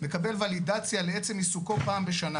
מקבל ולידציה על עצם עיסוקו פעם בשנה